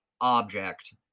object